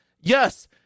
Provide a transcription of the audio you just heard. Yes